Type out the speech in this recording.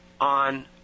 on